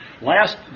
last